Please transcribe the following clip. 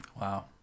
Wow